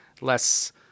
less